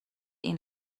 این